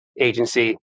agency